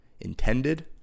intended